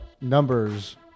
numbers